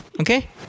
Okay